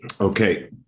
Okay